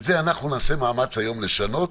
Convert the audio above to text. את זה אנחנו נעשה מאמץ היום לשנות.